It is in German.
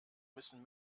müssen